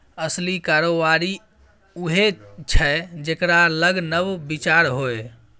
असली कारोबारी उएह छै जेकरा लग नब विचार होए